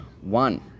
one